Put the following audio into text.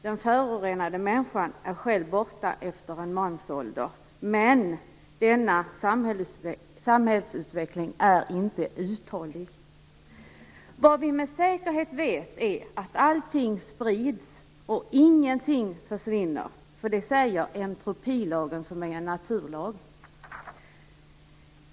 Den förorenade människan är själv borta efter en mansålder, men denna samhällsutveckling är inte uthållig. Vad vi med säkerhet vet är att allting sprids, och ingenting försvinner - det säger entropilagen, som är en naturlag.